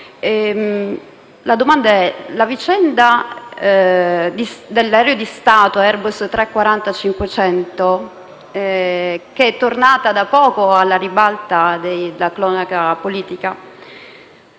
riguarda la vicenda dell'aereo di Stato Airbus A340-500, tornata da poco alla ribalta della cronaca politica,